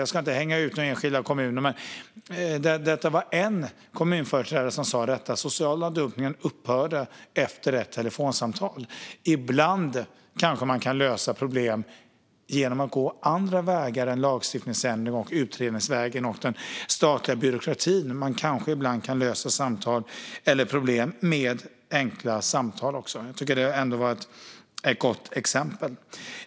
Jag ska inte hänga ut några enskilda kommuner, men här var det en kommunföreträdare som sa att den sociala dumpningen upphörde efter ett telefonsamtal. Ibland kanske man kan lösa problem genom att gå andra vägar än genom lagstiftning, utredning och statlig byråkrati. Kanske kan man ibland också lösa problem genom enkla samtal. Jag tycker att det var ett gott exempel.